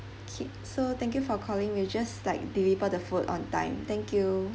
K so thank you for calling we'll just like deliver the food on time thank you